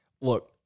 Look